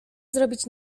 zrobić